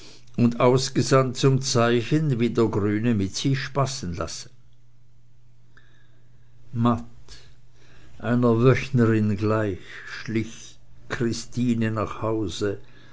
und ausgesandt zum zeichen wie der grüne mit sich spaßen lasse matt einer wöchnerin gleich schlich christine nach hause